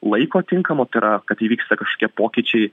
laiko tinkamo tai yra kad įvyksta kažkokie pokyčiai